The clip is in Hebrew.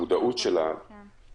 המודעות של המבודדים